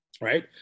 Right